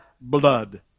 blood